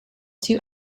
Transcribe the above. two